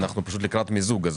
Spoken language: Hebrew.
אנחנו לקראת מיזוג.